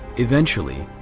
eventually,